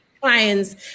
clients